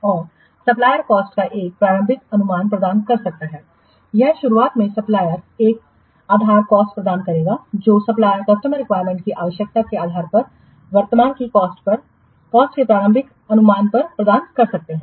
और सप्लायरकॉस्टका एक प्रारंभिक अनुमान प्रदान कर सकता है यह शुरुआत में सप्लायर एक आधार कॉस्ट प्रदान करेगा जो सप्लायर कस्टमर रिक्वायरमेंट की आवश्यकता के आधार पर वर्तमान की कॉस्ट पर कॉस्टके प्रारंभिक अनुमान पर प्रदान कर सकता है